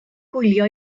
gwylio